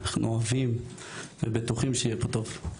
אנחנו אוהבים ובטוחים שיהיה פה טוב.